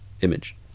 image